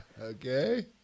Okay